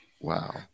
wow